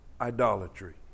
idolatry